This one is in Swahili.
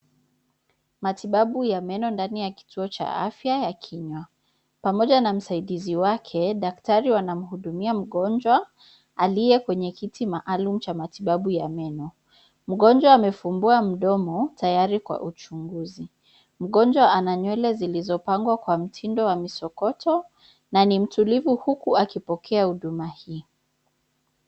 Matibabu ya meno ndani ya kituo cha afya ya kinywa. Pamoja na msaidizi wake, daktari wanamhudumia mgonjwa aliye kwenye kiti maalumu cha matibabu ya meno. Mgonjwa amefumbua mdomo tayari kwa uchunguzi. Mgonjwa ana nywele zilizopangwa kwa mtindo wa misokoto na ni mtulivu huku akipokea huduma hii.